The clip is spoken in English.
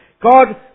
God